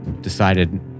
decided